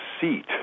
seat